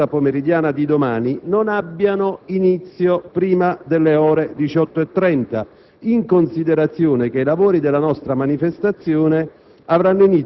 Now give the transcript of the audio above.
nella seduta pomeridiana di domani non abbiano inizio prima delle ore 18,30, in considerazione del fatto che la nostra manifestazione